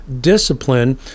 discipline